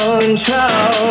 control